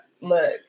look